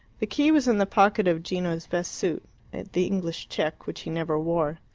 the key was in the pocket of gino's best suit the english check which he never wore.